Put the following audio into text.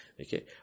Okay